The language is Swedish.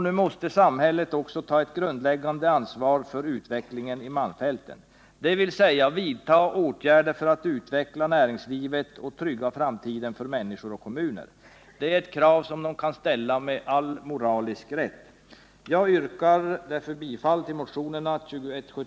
Nu måste samhället också ta ett grundläggande ansvar för utvecklingen i malmfälten, dvs. vidta åtgärder för att utveckla näringslivet och trygga framtiden för människor och kommuner. Det är ett krav som de kan ställa med all moralisk rätt.